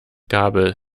gabel